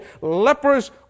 lepers